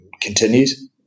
continues